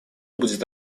будет